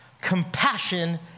compassion